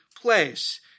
place